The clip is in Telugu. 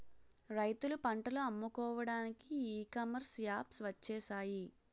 రైతులు పంటలు అమ్ముకోవడానికి ఈ కామర్స్ యాప్స్ వచ్చేసాయి